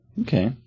Okay